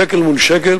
שקל מול שקל.